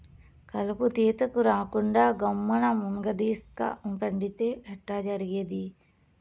కలుపు తీతకు రాకుండా గమ్మున్న మున్గదీస్క పండితే ఎట్టా జరిగేది